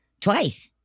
twice